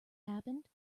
happened